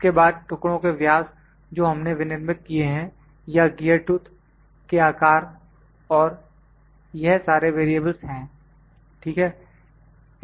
उसके बाद टुकड़ों के व्यास जो हमने विनिर्मित किए हैं या गियर टूथ के आकार और यह सारे वेरिएबलस् हैं ठीक है